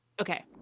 Okay